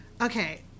okay